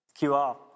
QR